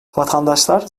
vatandaşlar